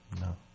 No